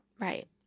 right